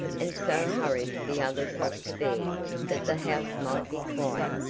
and so hurried the others off to bed that the house might be quiet.